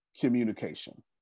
communication